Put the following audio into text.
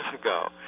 ago